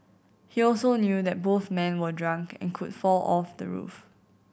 he also knew that both men were drunk and could fall off the roof